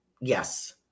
Yes